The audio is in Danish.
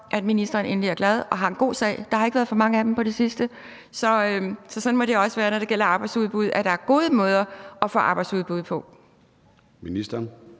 at ministeren endelig er glad og har en god sag; der har ikke været for mange af dem på det sidste. Så sådan må det også være, når det gælder arbejdsudbud, at der er gode måder at få arbejdsudbud på.